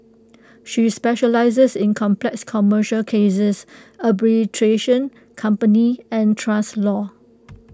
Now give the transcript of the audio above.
she specialises in complex commercial cases arbitration company and trust law